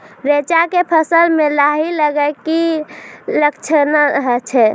रैचा के फसल मे लाही लगे के की लक्छण छै?